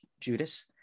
Judas